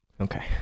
Okay